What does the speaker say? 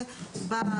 אחרי פרט 8 יבוא: